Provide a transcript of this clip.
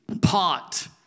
pot